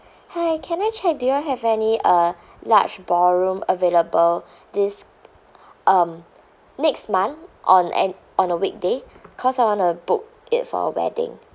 hi can I check do you all have any uh large ballroom available this um next month on an on a weekday cause I want to book it for a wedding